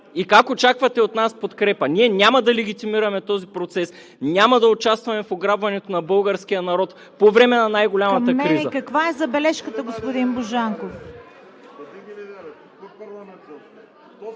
и как очаквате от нас подкрепа? Ние няма да легитимираме този процес, няма да участваме в ограбването на българския народ по време на най-голямата криза. ПРЕДСЕДАТЕЛ ЦВЕТА КАРАЯНЧЕВА: Към мен каква е забележката, господин Божанков?